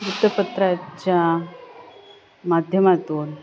वृत्तपत्राच्या माध्यमातून